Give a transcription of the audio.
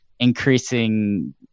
increasing